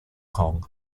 kong